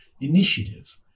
initiative